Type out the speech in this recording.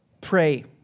pray